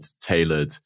tailored